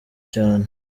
cyane